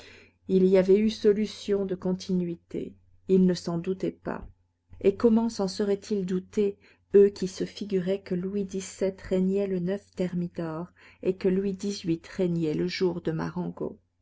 il y avait eu solution de continuité ils ne s'en doutaient pas et comment s'en seraient-ils doutés eux qui se figuraient que louis xvii régnait le thermidor et que louis xviii régnait le jour de marengo